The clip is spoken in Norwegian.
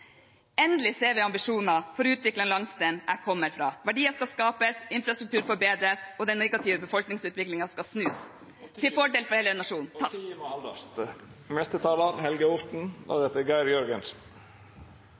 Endelig ser vi ambisjoner for å utvikle den landsdelen jeg kommer fra. Verdier skal skapes, infrastruktur forbedres og den negative befolkningsutviklingen skal snus, til fordel for hele